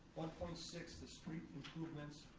one point six, the street improvements,